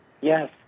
Yes